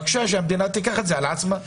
בבקשה, שהמדינה תיקח את זה על עצמה.